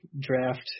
draft